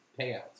payouts